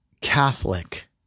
Catholic